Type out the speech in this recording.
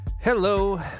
Hello